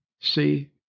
see